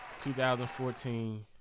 2014